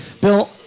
Bill